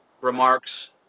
remarks